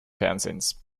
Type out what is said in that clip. fernsehens